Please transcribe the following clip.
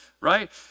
right